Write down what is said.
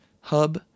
hub